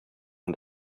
man